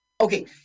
Okay